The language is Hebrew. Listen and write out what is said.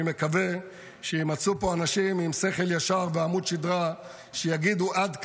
אני מקווה שיימצאו פה אנשים עם שכל ישר ועמוד שדרה שיגידו "עד כאן",